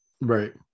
right